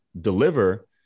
deliver